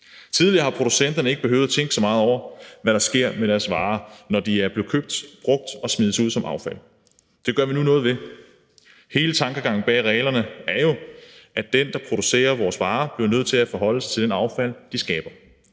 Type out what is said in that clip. Tidligere har producenterne ikke behøvet at tænke så meget over, hvad der sker med deres varer, når de er blevet købt, brugt og smides ud som affald. Det gør vi nu noget ved. Hele tankegangen bag reglerne er jo, at den, der producerer vores varer, bliver nødt til at forholde sig til det affald, de skaber,